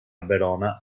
verona